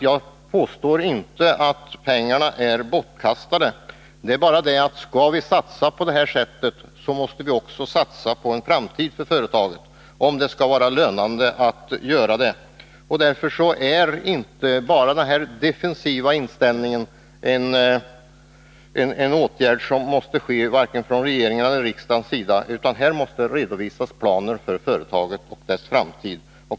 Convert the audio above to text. Jag påstår nämligen inte att pengarna är bortkastade. Men skall det vara lönande att satsa på detta sätt, måste vi satsa på en framtid för företaget. Det räcker inte med denna defensiva inställning från regeringens och riksdagens sida, utan här måste det redovisas planer för företaget och dess framtid.